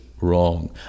wrong